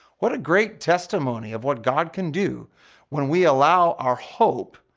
what a great testimony of what god can do when we allow our hope,